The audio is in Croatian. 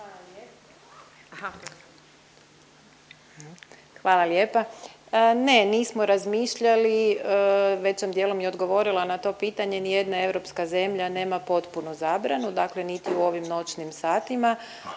Hvala lijepa. Ne nismo razmišljali, već sam dijelom i odgovorila na to pitanje. Ni jedna europska zemlja nema potpunu zabranu dakle niti u ovim noćnim satima.